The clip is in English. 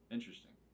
Interesting